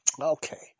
Okay